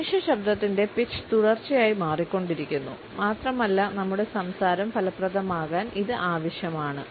മനുഷ്യ ശബ്ദത്തിന്റെ പിച്ച് തുടർച്ചയായി മാറിക്കൊണ്ടിരിക്കുന്നു മാത്രമല്ല നമ്മുടെ സംസാരം ഫലപ്രദമാക്കാൻ ഇത് ആവശ്യമാണ്